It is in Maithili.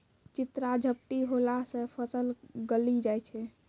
चित्रा झपटी होला से फसल गली जाय छै?